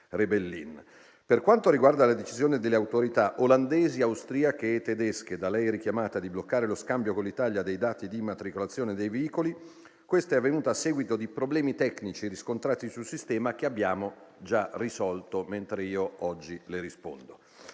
Rebellin. Per quanto riguarda la decisione delle autorità olandesi, austriache e tedesche di bloccare lo scambio con l'Italia dei dati di immatricolazione dei veicoli, questa è avvenuta a seguito di problemi tecnici riscontrati sul sistema che abbiamo già risolto, mentre oggi le rispondo.